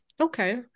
Okay